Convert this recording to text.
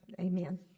amen